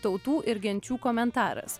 tautų ir genčių komentaras